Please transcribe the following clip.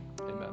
amen